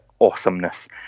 Awesomeness